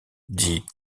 dit